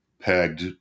pegged